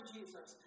Jesus